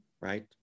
right